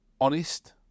honest